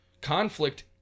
conflict